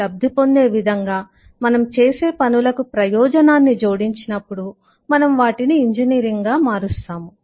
52 లబ్ధి పొందే విధంగా మనం చేసే పనులకు ప్రయోజనాన్ని జోడించినప్పుడు మనం వాటిని ఇంజనీరింగ్గా మారుస్తాము